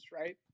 right